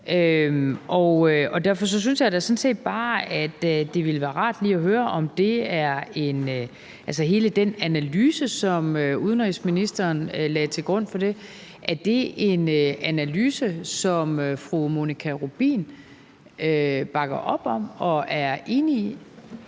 jeg da sådan set bare, det ville være rart lige at høre, om hele den analyse, som udenrigsministeren lagde til grund for det, er en analyse, som fru Monika Rubin bakker op om og er enig i.